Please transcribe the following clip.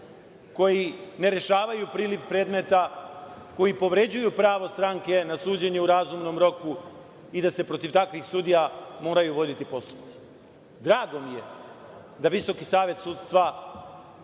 koji ne rešavaju priliv predmeta, koji povređuju pravo stranke na suđenje u razumnom roku i da se protiv takvih sudija morati voditi postupci. Drago mi je da Visoki savet sudstva